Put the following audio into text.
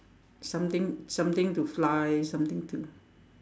something something to fly something to